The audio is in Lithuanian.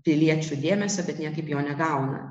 piliečių dėmesio bet niekaip jo negauna